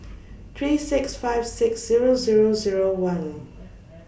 three six five six Zero Zero Zero one